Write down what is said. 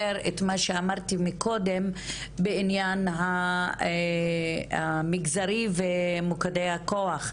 את מה שאמרתי מקודם בעניין המגזרי ומוקדי הכוח,